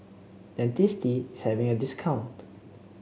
Dentiste is having a discount